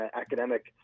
academic